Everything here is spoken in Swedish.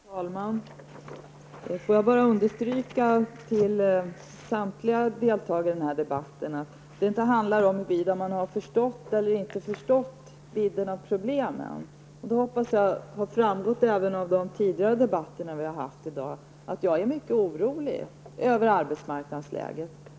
Herr talman! Får jag bara understryka för samtliga deltagare i den här debatten, att det inte handlar om huruvida man förstått eller inte förstått vidden av problemet. Jag hoppas att det framgått även av de tidigare debatterna i dag att jag är mycket orolig över arbetsmarknadsläget.